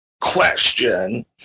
Question